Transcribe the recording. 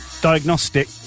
diagnostic